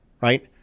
right